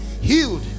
healed